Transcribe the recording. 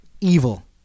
evil